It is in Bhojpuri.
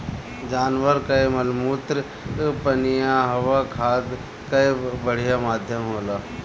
जानवर कअ मलमूत्र पनियहवा खाद कअ बढ़िया माध्यम होला